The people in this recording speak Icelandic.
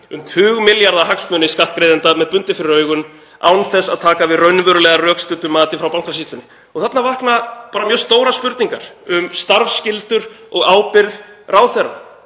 um tugmilljarða hagsmuni skattgreiðenda með bundið fyrir augun án þess að taka við raunverulega rökstuddu mati frá Bankasýslunni. Þarna vakna mjög stórar spurningar um starfsskyldur og ábyrgð ráðherra.